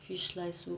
fish slice soup